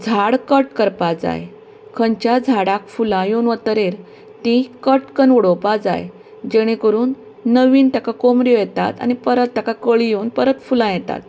झाड कट करपाक जाय खंयच्याय झाडाक फुलां येवन वतरेर ती कट कन्न उडोवपा जाय जेणे करून नवीन ताका कोंबऱ्यो येतात आनी परत तांका कळीं येवन परत फुलां येतात